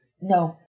No